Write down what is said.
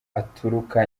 aturuka